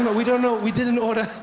but we don't know, we didn't order.